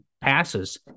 passes